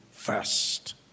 first